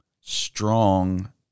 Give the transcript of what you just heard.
strong –